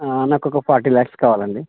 నాకొక ఫార్టీ ల్యాక్స్ కావాలండి